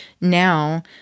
now